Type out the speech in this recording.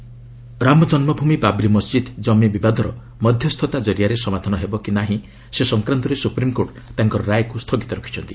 SC ଏଲ୍ଡି ଅଯୋଧ୍ୟା ରାମ ଜନ୍କଭୂମି ବାବ୍ରି ମସ୍ଜିଦ୍ ଜମିବିବାଦର ମଧ୍ୟସ୍ଥତା ଜରିଆରେ ସମାଧାନ ହେବ କି ନାହିଁ ସେ ସଂକ୍ରାନ୍ତରେ ସୁପ୍ରମ୍କୋର୍ଟ ତାଙ୍କର ରାୟକୁ ସ୍ଥଗିତ ରଖିଛନ୍ତି